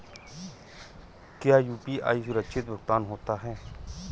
क्या यू.पी.आई सुरक्षित भुगतान होता है?